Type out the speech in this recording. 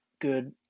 good